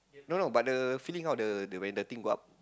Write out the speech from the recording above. no no but the feeling of the the when the thing go up